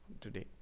today